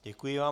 Děkuji vám.